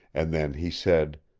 and then he said.